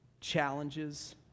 challenges